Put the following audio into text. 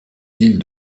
piles